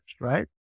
right